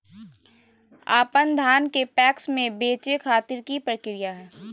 अपन धान के पैक्स मैं बेचे खातिर की प्रक्रिया हय?